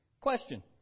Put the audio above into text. Question